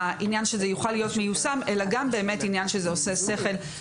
כדי שזה יוכל להיות מיושם אלא גם זה עושה סדר שכל.